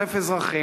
800,000 אזרחים,